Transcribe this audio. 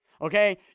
okay